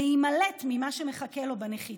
להימלט ממה שמחכה לו בנחיתה.